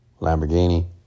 Lamborghini